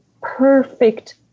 perfect